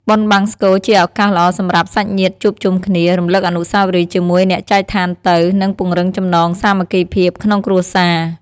បុណ្យបង្សុកូលជាឱកាសល្អសម្រាប់សាច់ញាតិជួបជុំគ្នា រំលឹកអនុស្សាវរីយ៍ជាមួយអ្នកចែកឋានទៅ និងពង្រឹងចំណងសាមគ្គីភាពក្នុងគ្រួសារ។